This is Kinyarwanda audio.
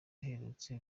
aherutse